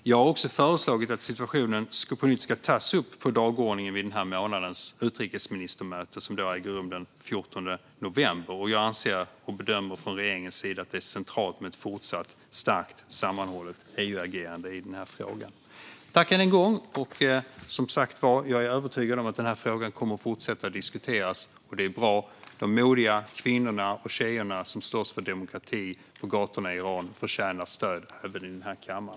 Jag har också föreslagit att situationen ska tas upp på nytt på dagordningen vid denna månads utrikesministermöte, som äger rum den 14 november. Jag och regeringen anser och bedömer att det är centralt med ett fortsatt starkt sammanhållet EU-agerande i denna fråga. Jag är som sagt övertygad om att frågan kommer att fortsätta diskuteras, och det är bra. De modiga kvinnorna och tjejerna som slåss för demokrati på gatorna i Iran förtjänar stöd även i denna kammare.